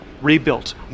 rebuilt